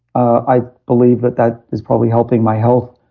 i believe that that is probably helping my health.